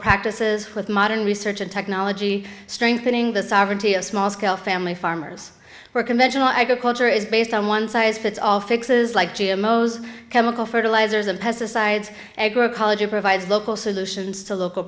practices with modern research and technology strengthening the sovereignty of small scale family farmers where conventional agriculture is based on one size fits all fixes like g m o's chemical fertilizers and pesticides agro college it provides local solutions to local